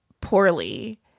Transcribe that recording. poorly